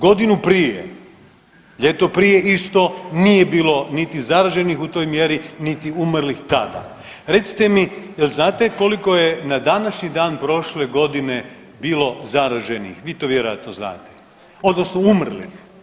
Godinu prije ljeto prije isto nije bilo niti zaraženih u toj mjeri niti umrlih tada, recite mi jel znate koliko je na današnji dan prošle godine bilo zaraženih, vi to vjerojatno znate odnosno umrlih?